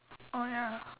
oh ya